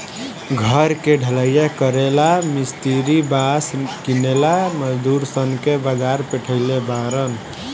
घर के ढलइया करेला ला मिस्त्री बास किनेला मजदूर सन के बाजार पेठइले बारन